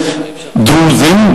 דרוזים,